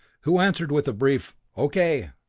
who answered with a brief okay!